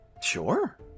Sure